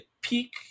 peak